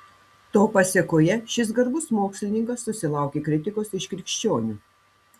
to pasėkoje šis garbus mokslininkas susilaukė kritikos iš krikščionių